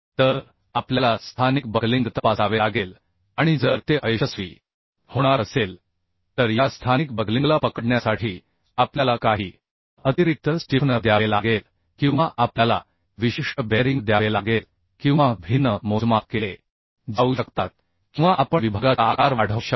तर आपल्याला स्थानिक बकलिंग तपासावे लागेल आणि जर ते अयशस्वी होणार असेल तर या स्थानिक बकलिंगला पकडण्यासाठी आपल्याला काही अतिरिक्त स्टिफनर द्यावे लागेल किंवा आपल्याला विशिष्ट बेअरिंग द्यावे लागेल किंवा भिन्न मोजमाप केले जाऊ शकतात किंवा आपण विभागाचा आकार वाढवू शकतो